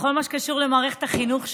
בכל מה שקשור למערכת החינוך שלנו.